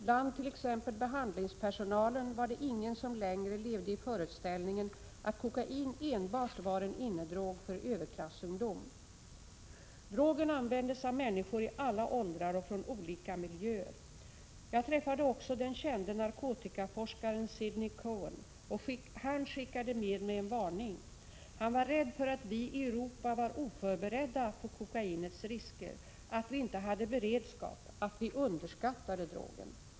Bland t.ex. behandlingspersonalen var det ingen som längre levde i föreställningen att kokain enbart var en innedrog för överklassungdom. Drogen användes av människor i alla åldrar och från olika miljöer. Jag träffade också den kände narkotikaforskaren Sidney Cohen, och han skickade med mig en varning. Han var rädd för att vi i Europa var oförberedda på kokainets risker, att vi inte hade beredskap, att vi underskattade drogen.